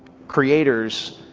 creators,